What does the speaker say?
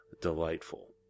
delightful